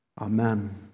Amen